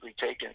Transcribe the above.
taken